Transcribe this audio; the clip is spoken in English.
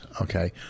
Okay